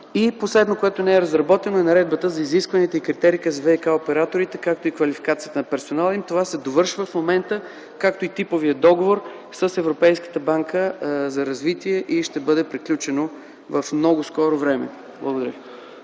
Последно, което не е разработено, е Наредбата за изискванията и критериите за ВиК операторите, както и квалификацията на персонала им. Това се довършва в момента, както и типовият договор с Европейската банка за развитие и ще бъде приключено в много скоро време. Благодаря.